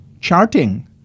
charting